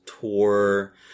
tour